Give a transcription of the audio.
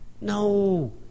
no